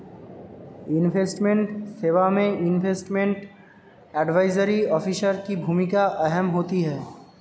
investment सेवा में investment advisory officer की भूमिका अहम होती है